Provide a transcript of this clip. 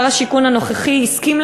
שר השיכון הנוכחי הסכים,